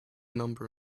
number